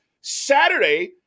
Saturday